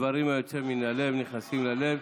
דברים היוצאים מן הלב נכנסים ללב.